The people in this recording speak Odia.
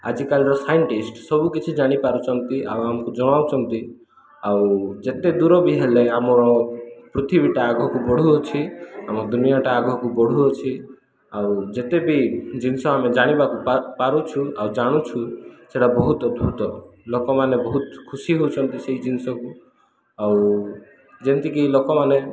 ଆଜିକାଲିର ସାଇଣ୍ଟିଷ୍ଟ୍ ସବୁକିଛି ଜାଣିପାରୁଛନ୍ତି ଆଉ ଆମକୁ ଜଣାଉଛନ୍ତି ଆଉ ଯେତେ ଦୂର ବି ହେଲେ ଆମର ପୃଥିବୀଟା ଆଗକୁ ବଢ଼ୁଅଛି ଆମ ଦୁନିଆଟା ଆଗକୁ ବଢ଼ୁଅଛି ଆଉ ଯେତେ ବି ଜିନିଷ ଆମେ ଜାଣିବାକୁ ପାରୁଛୁ ଆଉ ଜାଣୁଛୁ ସେଇଟା ବହୁତ ଅଦ୍ଭୁତ ଲୋକମାନେ ବହୁତ ଖୁସି ହେଉଛନ୍ତି ସେହି ଜିନିଷକୁ ଆଉ ଯେମିତିକି ଲୋକମାନେ